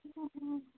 অঁ অঁ